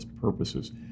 purposes